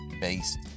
based